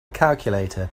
calculator